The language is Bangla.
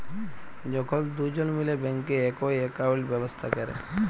যখল দুজল মিলে ব্যাংকে একই একাউল্ট ব্যবস্থা ক্যরে